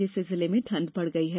जिससे जिले में ठंड बढ़ गई है